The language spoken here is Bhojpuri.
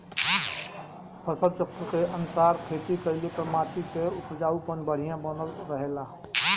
फसल चक्र के अनुसार खेती कइले पर माटी कअ उपजाऊपन बढ़िया बनल रहेला